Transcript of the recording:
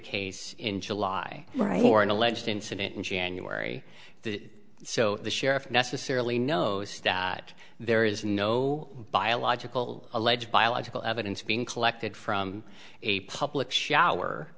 case in july right for an alleged incident in january so the sheriff necessarily knows that there is no biological alleged biological evidence being collected from a public shower